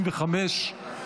135),